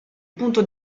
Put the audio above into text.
punto